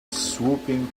swooping